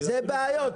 זה הבעיות,